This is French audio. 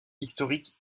historique